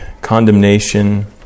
condemnation